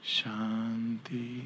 Shanti